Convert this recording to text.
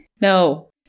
No